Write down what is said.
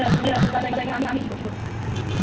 उर्वरक कितना प्रकार के होखेला?